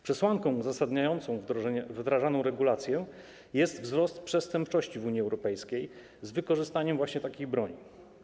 Przesłanką uzasadniającą wdrażaną regulację jest wzrost przestępczości w Unii Europejskiej z wykorzystaniem właśnie takiej broni.